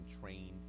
trained